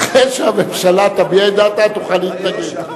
אחרי שהממשלה תביע את עמדתה תוכל להתנגד.